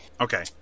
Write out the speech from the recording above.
okay